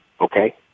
okay